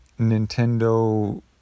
Nintendo